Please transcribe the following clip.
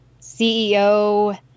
CEO